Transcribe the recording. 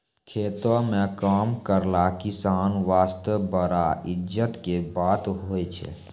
खेतों म काम करना किसान वास्तॅ बड़ा इज्जत के बात होय छै